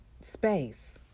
space